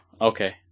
okay